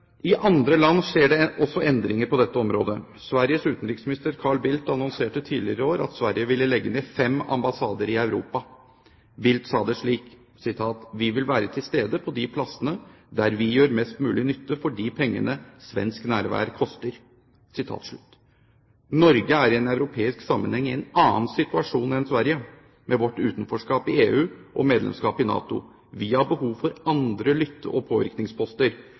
I andre land skjer det også endringer på dette området. Sveriges utenriksminister, Carl Bildt, annonserte tidligere i år at Sverige vil legge ned fem ambassader i Europa. Bildt sa det slik: «Vi vill finnas på de platser där vi gör mesta möjliga nytta för de pengar svensk närvaro kostar.» Norge er i europeisk sammenheng i en annen situasjon enn Sverige, med vårt utenforskap i EU og medlemskap i NATO. Vi har behov for andre lytte- og påvirkningsposter.